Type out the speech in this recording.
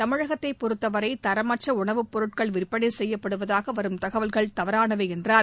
தமிழகத்தைப் பொறுத்தவரை தரமற்ற உணவுப் பொருட்கள் விற்பனை செய்யப்படுவதாக வரும் தகவல்கள் தவறானவை என்றார்